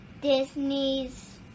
Disney's